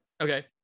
okay